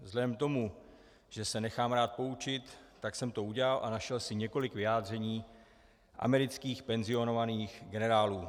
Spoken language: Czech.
Vzhledem k tomu, že se nechám rád poučit, tak jsem to udělal a našel si několik vyjádření amerických penzionovaných generálů.